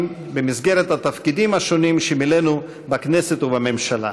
במסגרת התפקידים השונים שמילאנו בכנסת ובממשלה.